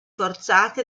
forzati